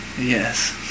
Yes